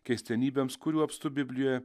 keistenybėms kurių apstu biblijoje